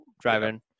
driving